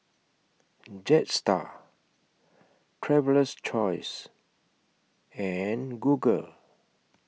Jetstar Traveler's Choice and Google